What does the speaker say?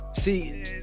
See